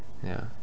ya